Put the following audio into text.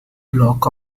bloc